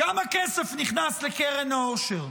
כמה כסף נכנס לקרן העושר?